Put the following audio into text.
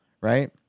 right